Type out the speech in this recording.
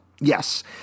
Yes